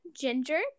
Ginger